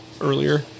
earlier